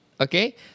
okay